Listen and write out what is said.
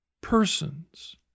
persons